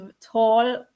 tall